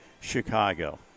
Chicago